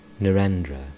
Narendra